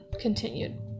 continued